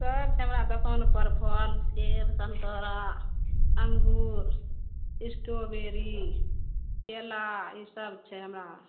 सभ छै हमरा दोकान पर फल सेब समतोला अङ्गूर इस्टोबेरी केला ई सभ छै हमरा